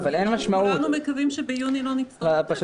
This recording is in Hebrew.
כולנו מקווים שביוני לא נצטרך אותו